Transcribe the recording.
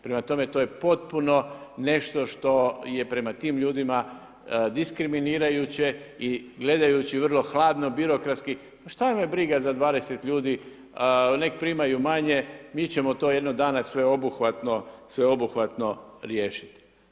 Prema tome to je potpuno nešto što je prema tim ljudima diskriminirajuće i gledajući vrlo hladno birokratski, šta me briga za 20 ljudi nek primaju manje, mi ćemo to jednog dana sveobuhvatno riješiti.